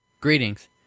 Greetings